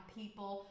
people